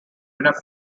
enough